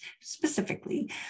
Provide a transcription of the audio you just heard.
specifically